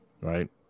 Right